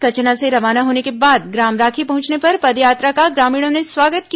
कचना से रवाना होने के बाद ग्राम राखी पहुंचने पर पदयात्रा का ग्रामीणों ने स्वागत किया